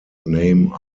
name